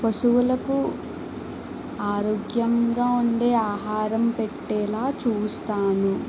పశువులకు ఆరోగ్యంగా ఉండే ఆహారం పెట్టేలా చూస్తాను